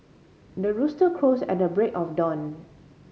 the rooster crows at the break of dawn